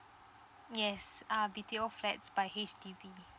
yes uh B_T_O flats by H_D_B